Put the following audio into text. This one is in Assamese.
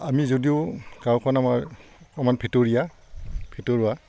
আমি যদিও গাঁওখন আমাৰ অকণমান ভিতৰীয়া ভিতৰুৱা